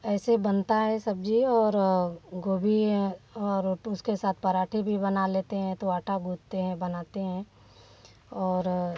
ऐसे बनता है सब्ज़ी और गोभी और उसके साथ पराँठे भी बना लेते हैं तो आटा गुँथते हैं बनाते हैं और